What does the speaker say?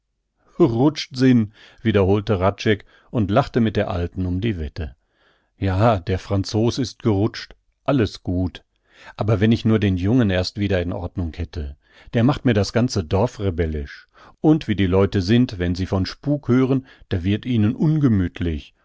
rutscht sinn wiederholte hradscheck und lachte mit der alten um die wette ja der franzos ist gerutscht alles gut aber wenn ich nur den jungen erst wieder in ordnung hätte der macht mir das ganze dorf rebellisch und wie die leute sind wenn sie von spuk hören da wird ihnen ungemüthlich